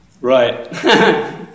Right